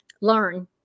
learn